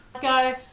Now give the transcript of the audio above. go